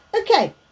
Okay